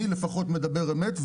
אני לפחות מדבר אמת,